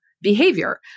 behavior